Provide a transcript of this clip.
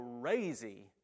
crazy